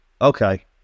Okay